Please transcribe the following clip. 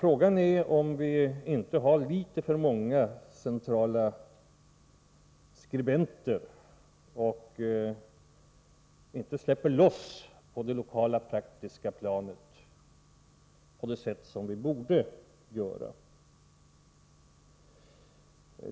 Frågan är om vi inte har litet för många centrala skribenter och på det lokala, praktiska planet inte släpper loss på det sätt som vi borde göra.